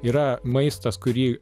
yra maistas kurį